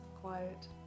Quiet